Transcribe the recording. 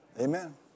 Amen